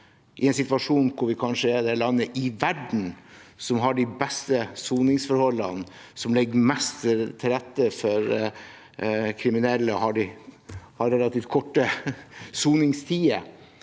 I en situasjon hvor vi kanskje er det landet i verden som har de beste soningsforholdene, og som legger mest til rette for at kriminelle har relativt korte soningstider,